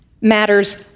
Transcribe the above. matters